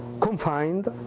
confined